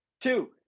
Two